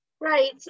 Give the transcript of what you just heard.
Right